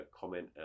comment